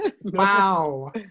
Wow